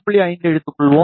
5 ஐ எடுத்துக் கொள்வோம்